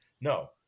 No